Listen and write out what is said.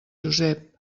josep